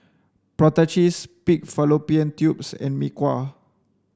prata cheese pig fallopian tubes and mee kuah